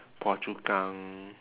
phua chu kang